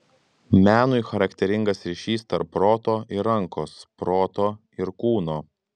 menui charakteringas ryšys tarp proto ir rankos proto ir kūno